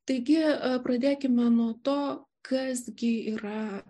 taigi pradėkime nuo to kas gi yra